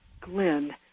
glen